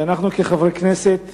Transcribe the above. שאנחנו כחברי הכנסת